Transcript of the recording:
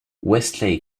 wesley